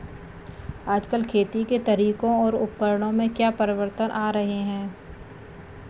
आजकल खेती के तरीकों और उपकरणों में क्या परिवर्तन आ रहें हैं?